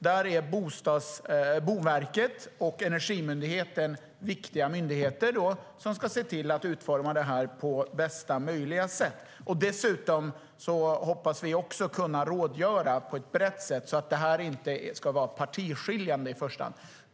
Där är Boverket och Energimyndigheten viktiga myndigheter, som ska se till att utforma stöden på bästa möjliga sätt. Vi hoppas också kunna rådgöra på ett brett sätt så att frågorna inte ska bli partiskiljande.